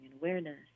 awareness